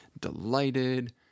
delighted